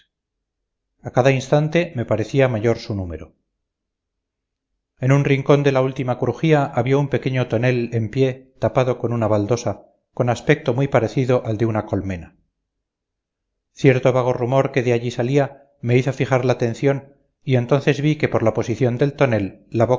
a cada instante me parecía mayor su número en un rincón de la última crujía había un pequeño tonel en pie tapado con una baldosa con aspecto muy parecido al de una colmena cierto vago rumor que de allí salía me hizo fijar la atención y entonces vi que por la posición del tonel